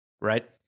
right